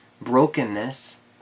brokenness